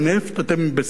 אתה בסדר?